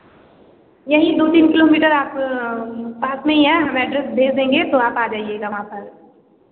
यही दो तीन किलोमीटर आप पास में ही है हम एड्रेस भेज देंगे तो आप आ जाइएगा वहाँ पर